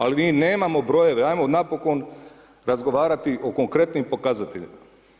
Ali mi nemamo brojeve, ajmo napokon razgovarati o konkretnim pokazateljima.